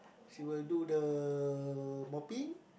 she will do the mopping